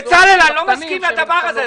בצלאל, אני לא מסכים לדבר הזה.